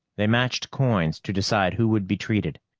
they matched coins to decide who would be treated.